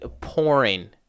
pouring